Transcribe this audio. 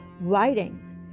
writings